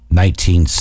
nineteen